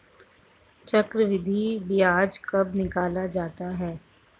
चक्रवर्धी ब्याज कब निकाला जाता है?